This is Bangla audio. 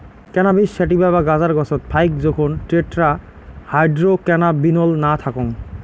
ক্যানাবিস স্যাটিভা বা গাঁজার গছত ফাইক জোখন টেট্রাহাইড্রোক্যানাবিনোল না থাকং